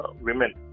women